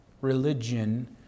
religion